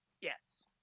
yes